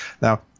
Now